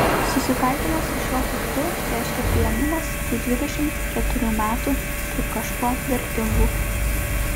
susitaikymas su šiuo faktu reiškia priėmimas tų dvidešimt keturių metų kaip kažkuo vertingų